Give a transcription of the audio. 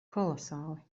kolosāli